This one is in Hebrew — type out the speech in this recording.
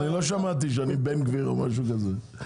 אני לא שמעתי שאני בן גביר או משהו כזה.